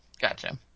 Gotcha